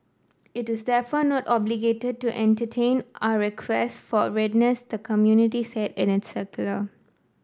it is therefore not obligated to entertain our request for the committee said in its circular